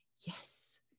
yes